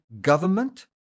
government